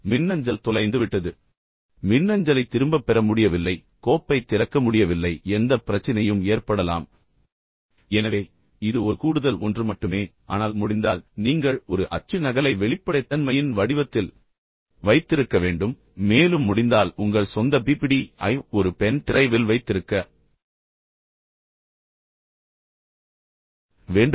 எனவே மின்னஞ்சல் தொலைந்துவிட்டது எனவே மின்னஞ்சலை திரும்பப் பெற முடியவில்லை கோப்பைத் திறக்க முடியவில்லை எந்தப் பிரச்சினையும் ஏற்படலாம் எனவே இது ஒரு கூடுதல் ஒன்று மட்டுமே ஆனால் முடிந்தால் நீங்கள் ஒரு அச்சு நகலை வெளிப்படைத்தன்மையின் வடிவத்தில் வைத்திருக்க வேண்டும் மேலும் முடிந்தால் உங்கள் சொந்த பிபிடி ஐ ஒரு பென் டிரைவில் வைத்திருக்க வேண்டும்